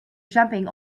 jumping